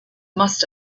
must